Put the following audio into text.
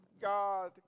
God